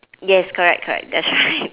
yes correct correct that's right